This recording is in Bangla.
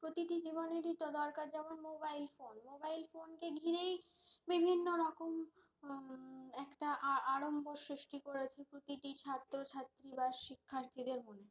প্রতিটি জীবনেরই তো দরকার যেমন মোবাইল ফোন মোবাইল ফোনকে ঘিরেই বিভিন্ন রকম একটা আরম্বর সৃষ্টি করেছে প্রতিটি ছাত্রছাত্রী বা শিক্ষার্থীদের মনে